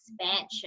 expansion